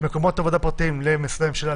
מקומות עבודה פרטיים למשרדי ממשלה,